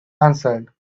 answered